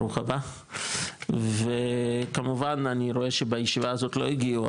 ברוך הבא וכמובן אני רואה שבישיבה הזאת לא הגיעו,